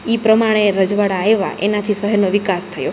ઈ પ્રમાણે રજવાડા આયવા એનાથી સહેરનો વિકાસ થયો